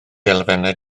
elfennau